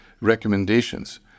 recommendations